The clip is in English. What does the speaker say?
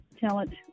talent